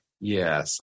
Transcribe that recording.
Yes